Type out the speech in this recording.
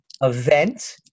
event